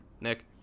Nick